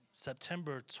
September